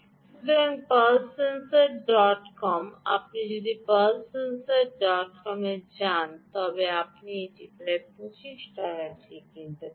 সুতরাং pulse sensor dot com আপনি যদি পালস সেন্সর ডট কম এ যান তবে আপনি এটি প্রায় 25 ডলারে কিনতে পারেন